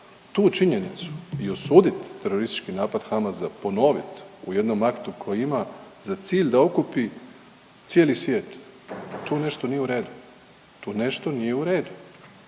tu činjenicu i osudit teroristički napad Hamasa ponovit u jednom aktu koji ima za cilj da okupi cijeli svijet, tu nešto nije u redu, tu nešto nije u redu